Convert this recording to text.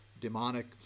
demonic